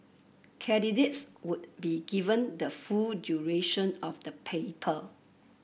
candidates would be given the full duration of the paper